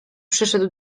przyszedł